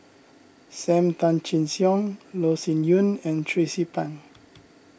Sam Tan Chin Siong Loh Sin Yun and Tracie Pang